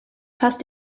fast